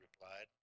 replied